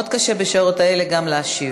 קשה מאוד בשעות האלה גם להשיב.